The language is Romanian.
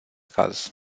caz